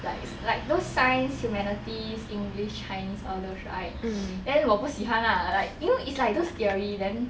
like it's like those science humanities english chinese all those right then 我不喜欢 lah like you know it's like those theory then